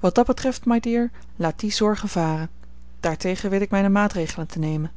wat dat betreft my dear laat die zorgen varen daartegen weet ik mijne maatregelen te nemen